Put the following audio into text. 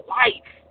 life